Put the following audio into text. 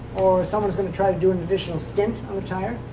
or if someone's going to try to do an additional stint on the tire.